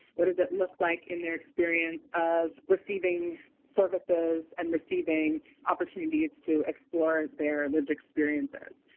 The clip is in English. what does it look like in their experience of receiving services and receiving opportunities to explore their lived experiences.